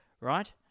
right